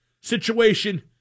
situation